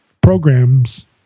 programs